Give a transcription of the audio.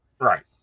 Right